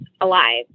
alive